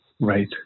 Right